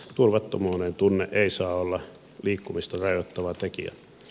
turvattomuuden tunne ei saa olla liikkumista rajoittava tekijä